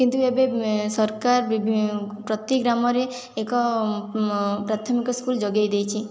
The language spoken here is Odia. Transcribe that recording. କିନ୍ତୁ ଏବେ ସରକାର ପ୍ରତି ଗ୍ରାମରେ ଏକ ପ୍ରାଥମିକ ସ୍କୁଲ ଯୋଗେଇ ଦେଇଛି